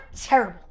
terrible